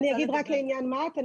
ואני אגיד רק לעניין מה"ט.